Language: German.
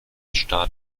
start